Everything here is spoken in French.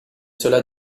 cela